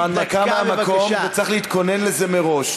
זו הנמקה מהמקום, וצריך להתכונן לזה מראש.